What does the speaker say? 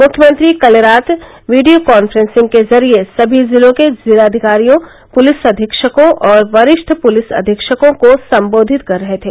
मुख्यमंत्री कल रात वीडियो कॉन्फ्रेंसिंग के जरिये सभी जिलों के जिलाधिकारियों पुलिस अधीक्षकों और वरिष्ठ पुलिस अधीक्षकों को सम्बोधित कर रहे थे